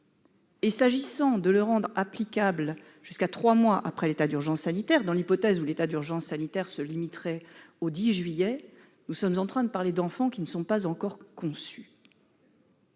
S'agissant de rendre la mesure applicable jusqu'à trois mois après l'état d'urgence sanitaire, dans l'hypothèse où l'état d'urgence sanitaire se limiterait au 10 juillet, nous sommes en train de parler d'enfants qui ne sont pas encore conçus.